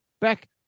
Back